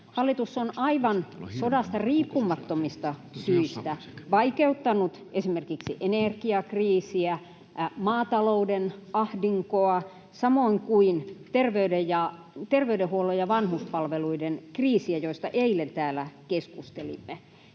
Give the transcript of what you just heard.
Hallitus on aivan sodasta riippumattomista syistä vaikeuttanut esimerkiksi energiakriisiä ja maatalouden ahdinkoa samoin kuin terveydenhuollon ja vanhuspalveluiden kriisejä, joista eilen täällä keskustelimme.